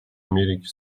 америки